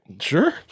Sure